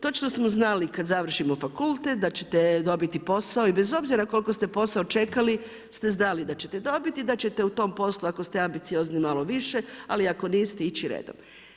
Točno smo znali kad završimo fakultet da ćete dobiti posao i bez obzira koliko ste posao čekali ste znali da ćete dobiti i da ćete u tom poslu ako ste ambiciozni malo više, ali ako niste ići redom.